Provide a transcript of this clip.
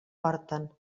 porten